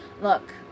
Look